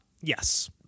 Yes